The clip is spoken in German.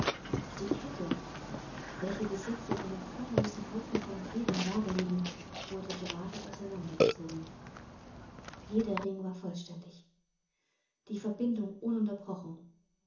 die kette welche bis jetzt in einem formlosen haufen von gliedern dagelegen wurde gerade auseinandergezogen jeder ring war vollständig die verbindung ununterbrochen